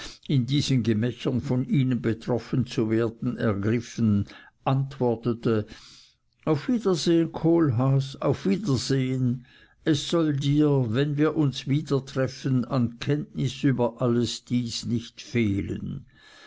in diesen gemächern von ihnen betroffen zu werden ergriffen antwortete auf wiedersehen kohlhaas auf wiedersehn es soll dir wenn wir uns wiedertreffen an kenntnis über dies alles nicht fehlen